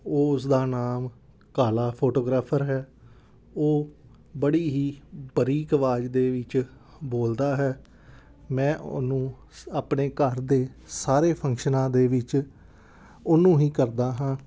ਉਹ ਉਸਦਾ ਨਾਮ ਕਾਲਾ ਫੋਟੋਗ੍ਰਾਫਰ ਹੈ ਉਹ ਬੜੀ ਹੀ ਬਰੀਕ ਆਵਾਜ਼ ਦੇ ਵਿੱਚ ਬੋਲਦਾ ਹੈ ਮੈਂ ਉਹਨੂੰ ਆਪਣੇ ਘਰ ਦੇ ਸਾਰੇ ਫੰਕਸ਼ਨਾਂ ਦੇ ਵਿੱਚ ਉਹਨੂੰ ਹੀ ਕਰਦਾ ਹਾਂ